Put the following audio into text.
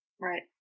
Right